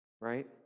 right